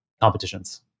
competitions